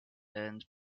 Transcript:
and